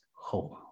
home